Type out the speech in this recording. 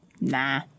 Nah